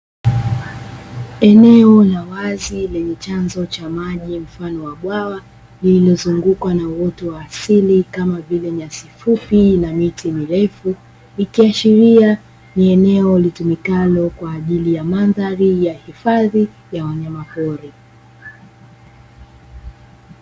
Eneo la wazi lenye chanzo cha maji mfano wa bwawa, lililozungukwa na uoto wa asili kama vile nyasi fupi na miti mirefu, ikiashiria ni eneo litumikalo kwa ajili ya mandhari ya hifadhi ya wanyamapori.